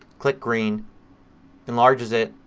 click green enlarges it.